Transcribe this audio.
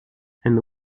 and